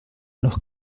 noch